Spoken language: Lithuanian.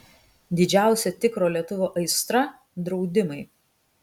didžiausia tikro lietuvio aistra draudimai